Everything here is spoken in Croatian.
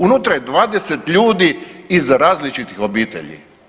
Unutra je 20 ljudi iz različitih obitelji.